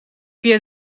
via